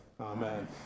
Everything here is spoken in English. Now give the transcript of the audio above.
Amen